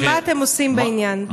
מה אתם עושים בעניין?